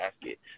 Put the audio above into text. basket